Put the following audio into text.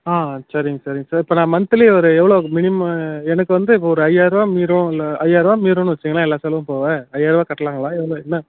ஆ சரிங்க சரிங்க சார் இப்போ நான் மந்த்லி ஒரு எவ்வளோ மினிமம் எனக்கு வந்து இப்போ ஒரு ஐயாயிருபா மீதம் இல்லை ஐயாயிருபா மீதம்னு வச்சிக்கோங்களேன் எல்லா செலவும் போக ஐயாயிருபா கட்டலாங்களா எவ்வளோ என்ன